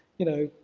you know,